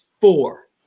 four